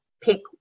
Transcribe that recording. pick